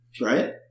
Right